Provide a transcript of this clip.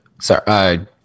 Sorry